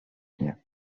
nie